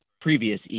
previous